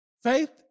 Faith